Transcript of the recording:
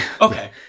Okay